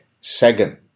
second